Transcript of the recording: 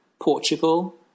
Portugal